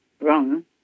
wrong